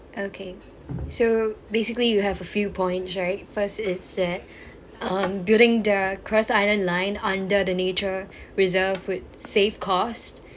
okay so basically you have a few point right first is that um building the cross island line under the nature reserve would save cost